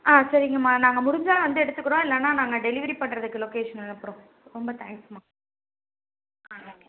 ஆ சரிங்கம்மா நாங்கள் முடிஞ்சா வந்து எடுத்துக்கிறோம் இல்லைன்னா நாங்கள் டெலிவரி பண்ணுறத்துக்கு லொக்கேஷன் அனுப்புகிறோம் ரொம்ப தேங்க்ஸ் மா ஆ ஓகே